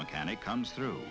mechanic comes through